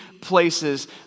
places